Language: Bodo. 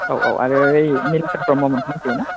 औ औ आरो निलेस्वर ब्रम्हमोनखौ मिथिगौ ना